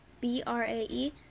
b-r-a-e